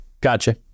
Gotcha